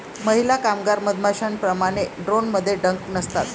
महिला कामगार मधमाश्यांप्रमाणे, ड्रोनमध्ये डंक नसतात